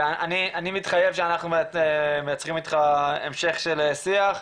ואני מתחייב שאנחנו מייצרים איתך המשך של שיח.